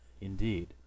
indeed